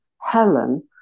Helen